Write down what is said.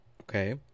Okay